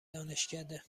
دانشکده